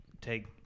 take